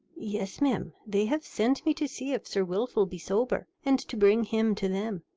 yes mem they have sent me to see if sir wilfull be sober, and to bring him to them.